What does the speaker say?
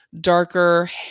darker